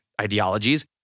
ideologies